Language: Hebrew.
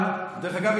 דרך אגב,